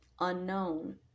unknown